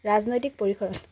ৰাজনৈতিক পৰিসৰ